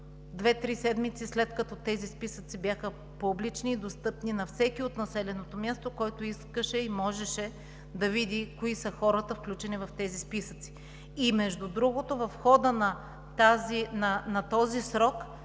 седмици, след като тези списъци бяха публични и достъпни на всеки от населеното място, който искаше и можеше да види кои са хората, включени в тези списъци. Между другото, в хода на този срок